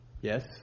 Yes